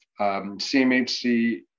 CMHC